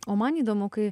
o man įdomu kai